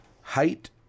Height